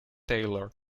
taylor